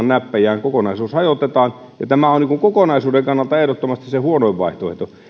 näppejään kokonaisuus hajotetaan tämä on kokonaisuuden kannalta ehdottomasti huonoin vaihtoehto